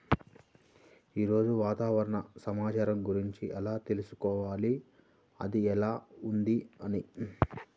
ఈరోజు వాతావరణ సమాచారం గురించి ఎలా తెలుసుకోవాలి అది ఎలా ఉంది అని?